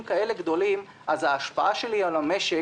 כאלה גדולים אז ההשפעה שלי על המשק